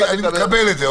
אני מקבל את זה.